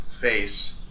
face